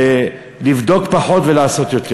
ולבדוק פחות ולעשות יותר.